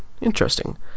interesting